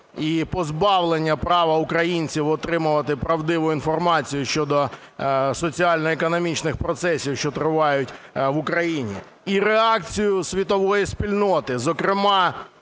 і позбавлення права українців отримувати правдиву інформацію щодо соціально-економічних процесів, що тривають в Україні, і реакцію світової спільноти. Зокрема,